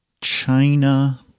China